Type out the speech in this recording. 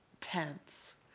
tense